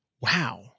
Wow